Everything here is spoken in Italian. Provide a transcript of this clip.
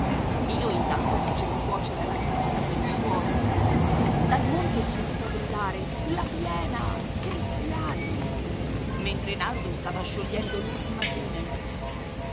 io intanto facevo cuocere la minestra per gli uomini dal monte si udiva gridare la piena cristiani mentre nardo stava sciogliendo l'ultima fune